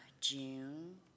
June